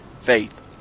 faith